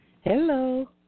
Hello